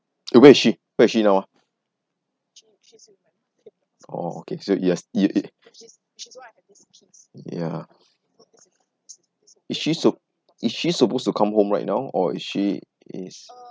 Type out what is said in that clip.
eh where is she where is she now ah okay so you're you ya is she sup~ is she supposed to come home right now or is she is